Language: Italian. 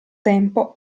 tempo